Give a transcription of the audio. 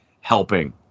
helping